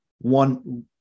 one